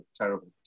terrible